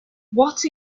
what